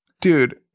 Dude